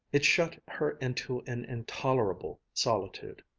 it shut her into an intolerable solitude.